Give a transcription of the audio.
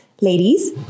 ladies